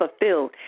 fulfilled